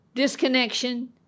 Disconnection